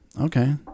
Okay